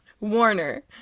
Warner